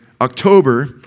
October